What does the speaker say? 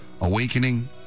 awakening